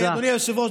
אדוני היושב-ראש,